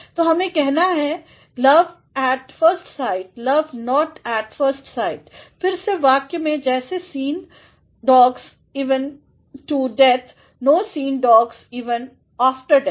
तो हमें कहना है love at first sight love not at first sight से वाक्य में जैसे seen dogs even to death no seen dogs even after death